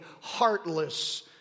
heartless